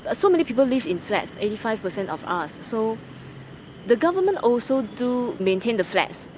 ah so many people live in flats, eighty five percent of us, so the government also do maintain the flats,